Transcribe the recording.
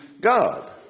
God